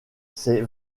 ces